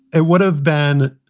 it would have been,